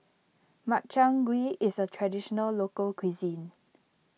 Makchang Gui is a Traditional Local Cuisine